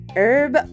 herb